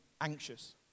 anxious